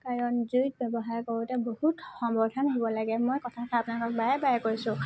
কাৰণ জুই ব্যৱহাৰ কৰোঁতে বহুত সাৱধান হ'ব লাগে মই কথাষাৰ আপোনালোকক বাৰে বাৰে কৈছোঁ